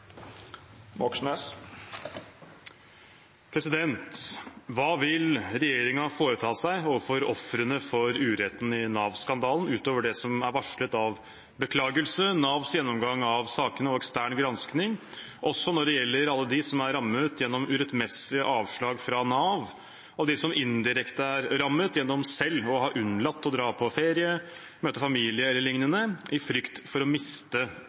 ekstern gransking, også når det gjelder alle de som er rammet gjennom urettmessige avslag fra Nav, og de som indirekte er rammet gjennom selv å ha unnlatt å dra på ferie, møte familie eller liknende, i frykt for å miste